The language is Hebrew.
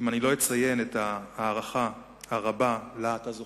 אם אני לא אציין את ההערכה הרבה שלה אתה זוכה,